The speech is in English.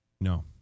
No